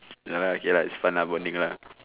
ya lah okay lah it's fun lah bonding lah